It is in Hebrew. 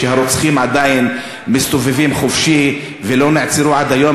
שהרוצחים עדיין מסתובבים חופשי ולא נעצרו עד היום,